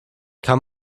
kann